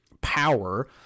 power